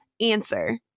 answer